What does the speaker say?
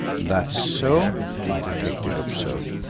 that so? the detective observed,